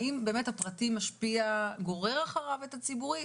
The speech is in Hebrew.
האם הפרטי באמת גורר אחריו את הציבורי,